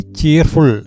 cheerful